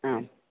आम्